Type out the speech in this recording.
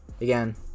again